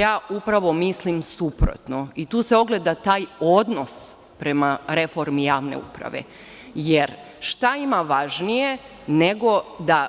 Ja mislim suprotno i tu se ogleda taj odnos prema reformi javne uprave, jer šta ima važnije, nego da